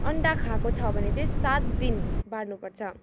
अन्डा खाएको छ भने चाहि सात दिन बार्नु पर्छ